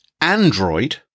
Android